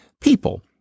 people